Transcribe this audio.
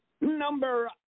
number